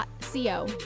Co